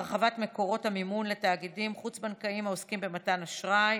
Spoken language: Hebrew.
(הרחבת מקורות המימון לתאגידים חוץ-בנקאיים העוסקים במתן אשראי),